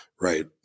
right